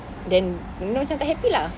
then you know macam tak happy lah